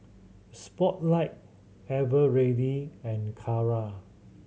Spotlight Eveready and Kara